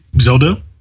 Zelda